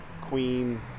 Queen